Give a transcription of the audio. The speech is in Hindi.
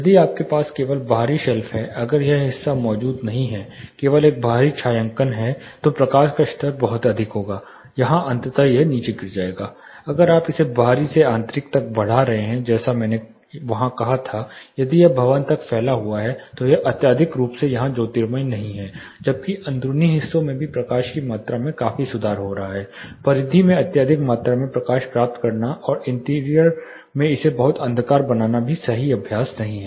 यदि आपके पास केवल बाहरी शेल्फ है अगर यह हिस्सा मौजूद नहीं है केवल एक बाहरी छायांकन है तो प्रकाश का स्तर बहुत अधिक होगा यहां अंततः यह नीचे गिर जाएगा अगर आप इसे बाहरी से आंतरिक तक बढ़ा रहे हैं जैसे मैंने वहां कहा था यदि यह भवन तक फैला हुआ है तो यह अत्यधिक रूप से यहां ज्योतिर्मयी नहीं है जबकि अंदरूनी हिस्सों में भी प्रकाश की मात्रा में काफी सुधार हो रहा है परिधि में अत्यधिक मात्रा में प्रकाश प्राप्त करना और इंटीरियर मैं इसे बहुत अंधकारमय बनाना भी सही अभ्यास नहीं है